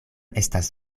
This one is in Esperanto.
estas